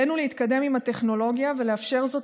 עלינו להתקדם עם הטכנולוגיה ולאפשר זאת